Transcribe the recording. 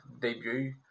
debut